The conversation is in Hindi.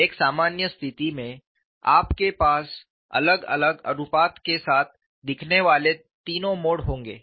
एक सामान्य स्थिति में आपके पास अलग अलग अनुपात के साथ दिखने वाले तीनों मोड होंगे